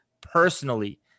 personally